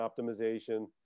optimization